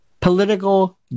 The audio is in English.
political